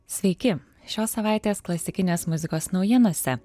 sveiki šios savaitės klasikinės muzikos naujienose